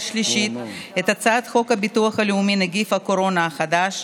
השלישית את הצעת חוק הביטוח הלאומי (נגיף הקורונה החדש,